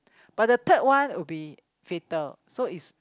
but the third one will be fatal so is